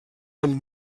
amb